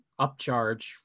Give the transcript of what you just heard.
upcharge